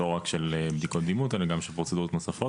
לא רק של בדיקות דימות אלא גם של פרוצדורות נוספות.